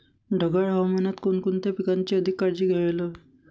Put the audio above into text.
ढगाळ हवामानात कोणकोणत्या पिकांची अधिक काळजी घ्यायला हवी?